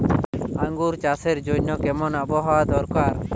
আঙ্গুর চাষের জন্য কেমন আবহাওয়া দরকার?